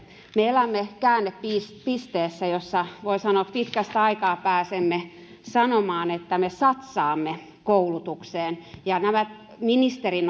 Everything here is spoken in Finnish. me elämme käännepisteessä jossa voi sanoa pitkästä aikaa pääsemme sanomaan että me satsaamme koulutukseen nämä ministerin